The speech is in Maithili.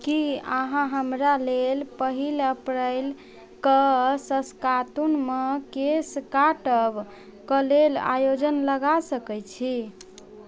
की अहाँ हमरा लेल पहिल अप्रैल कऽ सस्कातूनमे केश काटब कऽ लेल आयोजन लगा सकैत छी